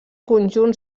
conjunt